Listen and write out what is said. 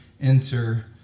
enter